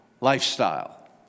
lifestyle